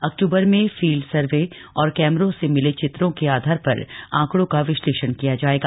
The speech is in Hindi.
अक्टूबर में फील्ड सर्वे और कैमरों से मिले चित्रों के आधार पर आंकड़ों का विश्लेषण किया जाएगा